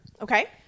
Okay